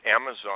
Amazon